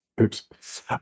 Oops